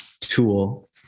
tool